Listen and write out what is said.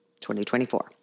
2024